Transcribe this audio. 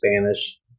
Spanish